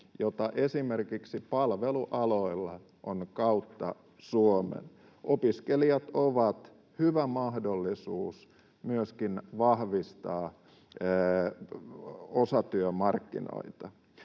jota esimerkiksi palvelualoilla on kautta Suomen. Opiskelijat ovat myöskin hyvä mahdollisuus vahvistaa osatyömarkkinoita